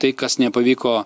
tai kas nepavyko